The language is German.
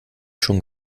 schon